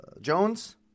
jones